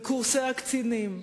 בקורסי הקצינים,